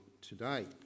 today